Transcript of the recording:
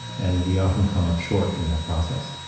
and we often come up short in that process.